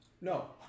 no